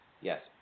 Yes